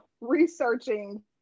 researching